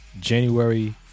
January